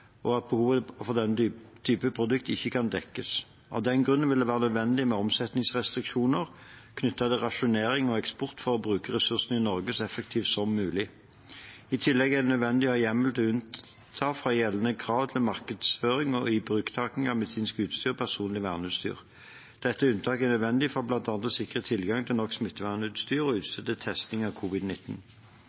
og at behovet for denne type produkter ikke kan dekkes. Av den grunn vil det være nødvendig med omsetningsrestriksjoner knyttet til rasjonering og eksport for å bruke ressursene i Norge så effektivt som mulig. I tillegg er det nødvendig å ha hjemmel til unntak fra gjeldende krav til markedsføring og ibruktaking av medisinsk utstyr og personlig verneutstyr. Dette unntaket er nødvendig for bl.a. å sikre tilgang til nok smittevernutstyr og utstyr til testing av